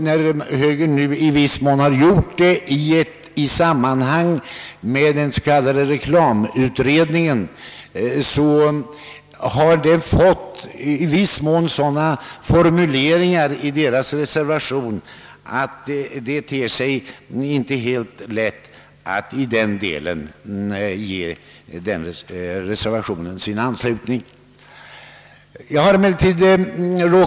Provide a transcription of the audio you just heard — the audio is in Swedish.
När högern nu i viss mån har gjort det i samband med den s.k. reklamutredningen, så har högerns reservation fått en sådan formulering i detta avseende, att det inte ter sig lätt att i den delen ge den reservationen sin anslutning. Därvidlag kommer jag att avstå.